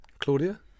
claudia